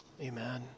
Amen